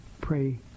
pray